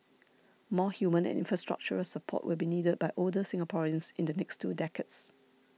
more human and infrastructural support will be needed by older Singaporeans in the next two decades